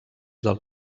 del